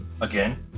again